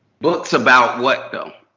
books about what, though?